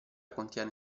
contiene